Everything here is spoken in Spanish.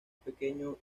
pequeño